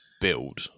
build